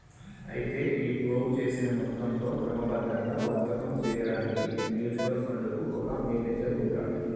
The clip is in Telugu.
అయితే ఈ పోగు చేసిన మొత్తంతో క్రమబద్ధంగా వర్తకం చేయడానికి మ్యూచువల్ ఫండ్ కు ఒక మేనేజర్ ఉంటాడు